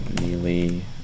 Neely